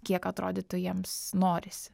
kiek atrodytų jiems norisi